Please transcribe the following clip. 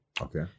Okay